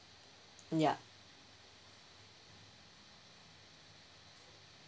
mm ya